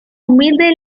humilde